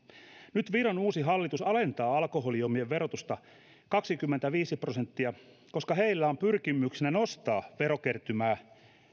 nyt viron uusi hallitus alentaa alkoholijuomien verotusta kaksikymmentäviisi prosenttia koska heillä on pyrkimyksenä nostaa verokertymää